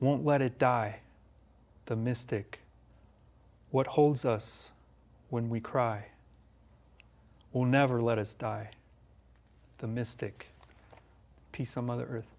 won't let it die the mystic what holds us when we cry will never let us die the mystic peace o